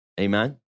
Amen